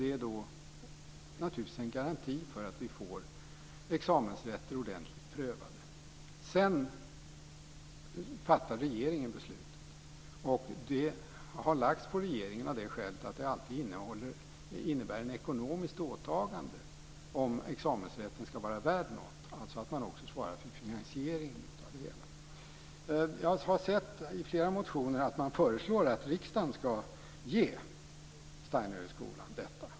Det är naturligtvis en garanti för att vi får examensrätter ordentligt prövade. Sedan fattar regeringen beslutet. Det har lagts på regeringen av det skälet att det alltid innebär ett ekonomiskt åtagande om examensrätten ska vara värd någonting, dvs. man ska också svara för finansieringen av det hela. Jag har sett att man föreslår i flera motioner att riksdagen ska ge Steinerhögskolan detta.